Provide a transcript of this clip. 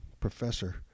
professor